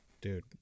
Dude